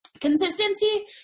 consistency